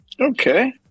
Okay